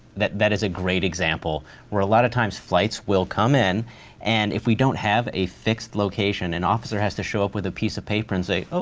that, that is a great example where a lot of times flights will come in and if we don't have a fixed location an and officer has to show up with a piece of paper and say, oh,